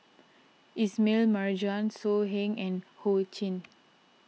Ismail Marjan So Heng and Ho Ching